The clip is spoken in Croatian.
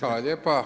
Hvala lijepo.